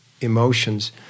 emotions